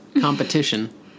competition